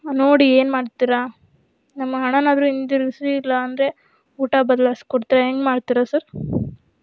ನೋಡಿ ಏನು ಮಾಡ್ತೀರಾ ನಮ್ಮ ಹಣನಾದರೂ ಹಿಂದಿರುಗಿಸಿ ಇಲ್ಲಾಂದರೆ ಊಟ ಬದಲಾಯ್ಸ್ಕೊಡ್ತೀರಾ ಹೆಂಗೆ ಮಾಡ್ತೀರಾ ಸರ್